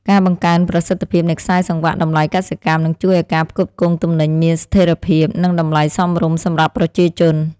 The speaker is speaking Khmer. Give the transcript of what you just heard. ការបង្កើនប្រសិទ្ធភាពនៃខ្សែសង្វាក់តម្លៃកសិកម្មនឹងជួយឱ្យការផ្គត់ផ្គង់ទំនិញមានស្ថិរភាព និងតម្លៃសមរម្យសម្រាប់ប្រជាជន។